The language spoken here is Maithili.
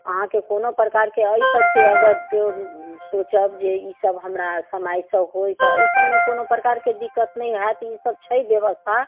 अहाँकेँ कोनो प्रकारके एहि सभके अगर सोचब जे ई सभ हमरा समयसँ होए तऽ एहि सभमे कोनो प्रकारके दिक्कत नहि होएत ई सभ छै व्यवस्था